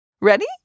Ready